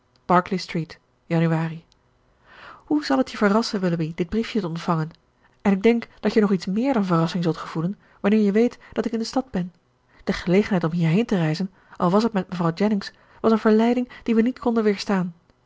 berkeley street januari hoe zal het je verrassen willoughby dit briefje te ontvangen en ik denk dat je nog iets meer dan verrassing zult gevoelen wanneer je weet dat ik in de stad ben de gelegenheid om hierheen te reizen al was het met mevrouw jennings was een verleiding die we niet konden weerstaan